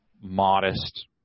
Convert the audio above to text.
modest